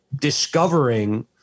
discovering